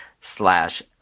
slash